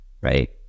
right